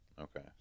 okay